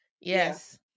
yes